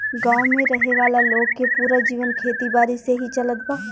गांव में रहे वाला लोग के पूरा जीवन खेती बारी से ही चलत बा